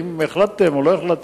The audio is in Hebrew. האם החלטתם או לא החלטתם?